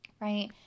right